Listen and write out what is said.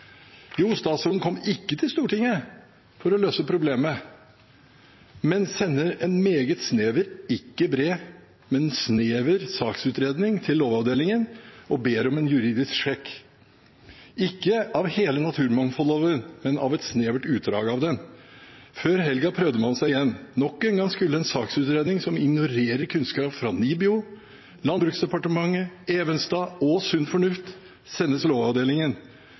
Jo, statsråden kom ikke til Stortinget for å løse problemet, men sender en meget snever, ikke bred, men snever saksutredning til Lovavdelingen og ber om en juridisk sjekk – ikke av hele naturmangfoldloven, men av et snevert utdrag av den. Før helga prøvde man seg igjen. Nok en gang skulle en saksutredning som ignorerer kunnskap fra NIBIO, Landbruksdepartementet, Evenstad og sunn fornuft, sendes Lovavdelingen.